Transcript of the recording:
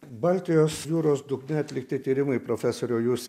baltijos jūros dugne atlikti tyrimai profesoriau jūs